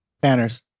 banners